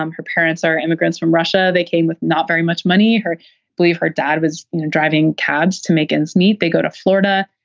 um her parents are immigrants from russia. they came with not very much money. her leave her dad was driving cabs to make ends meet. they go to florida.